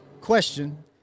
question